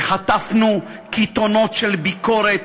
וחטפנו קיתונות של ביקורת,